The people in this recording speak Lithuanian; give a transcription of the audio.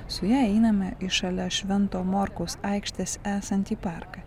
su ja einame į šalia švento morkaus aikštės esantį parką